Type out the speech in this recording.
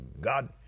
God